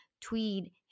tweed